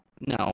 No